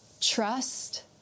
Trust